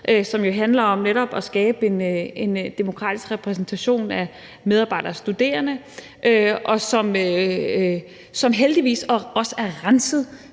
som jo handler om netop at skabe en demokratisk repræsentation af medarbejdere og studerende, og som heldigvis også er renset